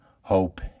hope